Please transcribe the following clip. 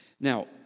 Now